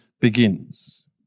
begins